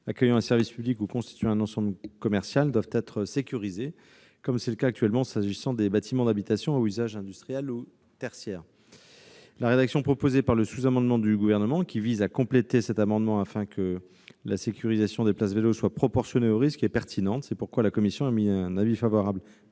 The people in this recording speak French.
accueillant un service public ou constituant un ensemble commercial doivent être sécurisés, comme c'est le cas actuellement s'agissant des bâtiments d'habitation ou à usage industriel ou tertiaire. La rédaction proposée par le sous-amendement du Gouvernement, qui vise à compléter ces amendements, afin que la sécurisation des places dédiées aux vélos soit proportionnée au risque, est pertinente. C'est pourquoi la commission est favorable